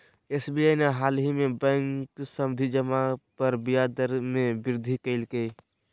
SBI ने हालही में बैंक सावधि जमा पर ब्याज दर में वृद्धि कइल्कय